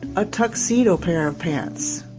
a tuxedo pair of pants.